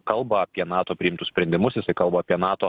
kalba apie nato priimtus sprendimus jisai kalba apie nato